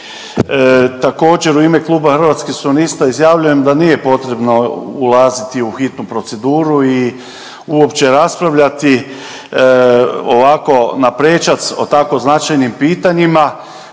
Također u ime Kluba Hrvatskih suverenista izjavljujem da nije potrebno ulaziti u hitnu proceduru i uopće raspravljati ovako na prečac o tako značajnim pitanjima.